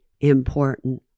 important